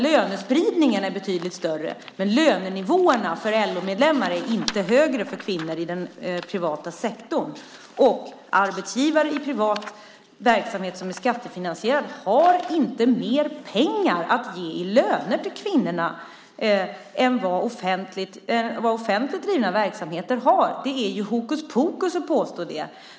Lönespridningen är betydligt större, men lönenivåerna för LO-medlemmar, kvinnor, är inte högre i den privata sektorn. Och arbetsgivare i privat verksamhet som är skattefinansierad har inte mer pengar att ge i löner till kvinnorna än vad man har i offentligt drivna verksamheter. Det är hokus pokus att påstå det.